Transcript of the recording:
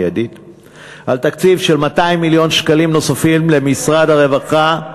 על תקציב של 200 מיליון שקלים נוספים למשרד הרווחה,